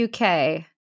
UK